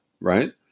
Right